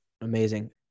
Amazing